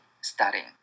studying